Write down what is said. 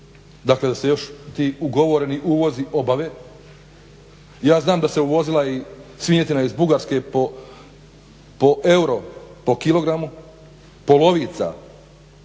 dakle da se još ti ugovoreni uvozi obave. Ja znam da se uvozila i svinjetina iz Bugarske po euro po kg, polovica